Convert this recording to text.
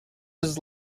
his